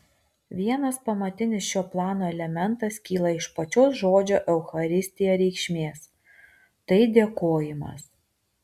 vienas pamatinis šio plano elementas kyla iš pačios žodžio eucharistija reikšmės tai dėkojimas